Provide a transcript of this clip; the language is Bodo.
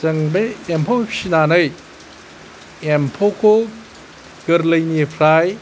जों बै एम्फौ फिसिनानै एम्फौखौ गोरलैनिफ्राय